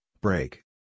break